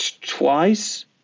twice